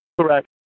Correct